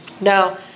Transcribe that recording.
Now